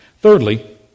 Thirdly